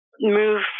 move